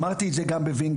אמרתי את זה גם בוינגייט.